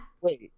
wait